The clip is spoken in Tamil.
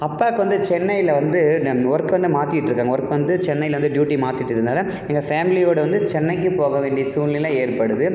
அப்பாக்கு வந்து சென்னையில் வந்து நெ ஒர்க் வந்து மாற்றிட்ருக்காங்க ஒர்க் வந்து சென்னையிலேருந்து டூயூட்டி மாற்றிட்டு இருந்தால எங்கள் ஃபேமிலியோடு வந்து சென்னைக்குப் போக வேண்டிய சூழ்நிலை ஏற்படுது